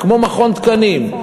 כמו מכון תקנים,